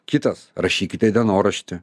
kitas rašykite dienoraštį